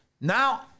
Now